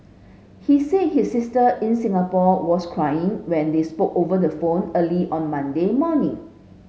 he said his sister in Singapore was crying when they spoke over the phone early on Monday morning